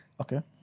Okay